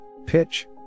pitch